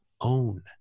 own